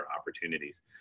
opportunities